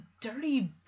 dirty